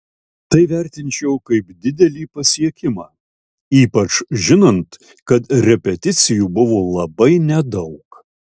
tai vertinčiau kaip didelį pasiekimą ypač žinant kad repeticijų buvo labai nedaug